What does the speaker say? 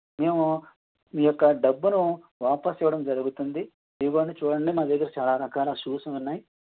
మేము మీ యొక్క డబ్బును వాపస్ ఇవ్వడం జరుగుతుంది ఇవన్నీ చూడండి మా దగ్గర చాలా రకాల షూస్లు ఉన్నాయి